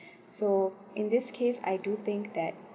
so in this case I do think that